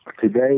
Today